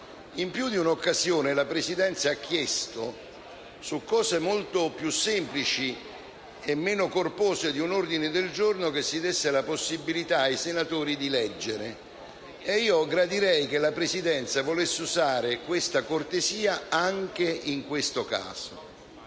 In più di un'occasione la Presidenza ha chiesto, su cose molto più semplici e meno corpose di un ordine del giorno, che si desse la possibilità ai senatori di leggere. Io gradirei che la Presidenza volesse usare questa cortesia anche in questo caso,